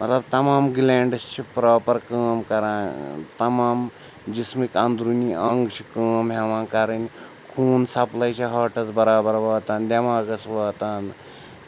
مطلب تمام گٕلینٛڈٕس چھِ پرٛاپَر کٲم کَران تَمام جِسمٕکۍ انٛدروٗنی انٛگ چھِ کٲم ہٮ۪وان کَرٕنۍ خوٗن سَپلَے چھِ ہاٹَس بَرابَر واتان دٮ۪ماغَس واتان